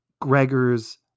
Gregor's